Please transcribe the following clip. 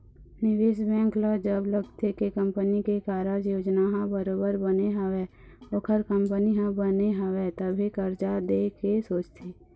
निवेश बेंक ल जब लगथे के कंपनी के कारज योजना ह बरोबर बने हवय ओखर कंपनी ह बने हवय तभे करजा देय के सोचथे